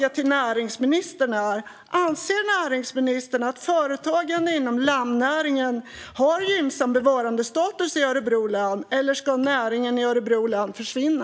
Anser näringsministern att företagande inom lammnäringen har gynnsam bevarandestatus i Örebro län, eller ska näringen i Örebro län försvinna?